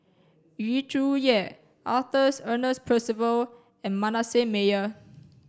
Yu Zhuye Arthur Ernest Percival and Manasseh Meyer